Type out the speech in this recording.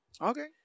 Okay